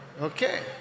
Okay